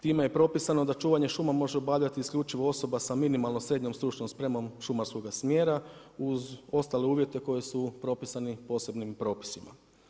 Time je propisano da čuvanje šuma može obavljati isključivo osoba sa minimalno srednjom stručnom spremom šumarskoga smjera uz ostale uvjete koji su propisani posebnim propisima.